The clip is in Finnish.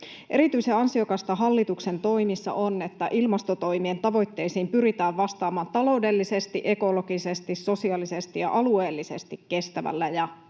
Erityisen ansiokasta hallituksen toimissa on, että ilmastotoimien tavoitteisiin pyritään vastaamaan taloudellisesti, ekologisesti, sosiaalisesti ja alueellisesti kestävällä ja